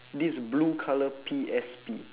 this blue colour P_S_P